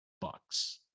Bucks